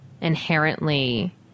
inherently